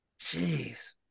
Jeez